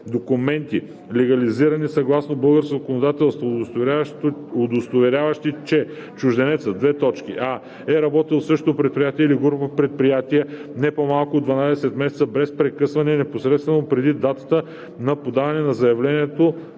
документи, легализирани съгласно българското законодателство, удостоверяващи, че чужденецът: а) е работил в същото предприятие или група предприятия не по-малко от 12 месеца без прекъсване непосредствено преди датата на подаване на заявлението